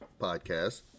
podcast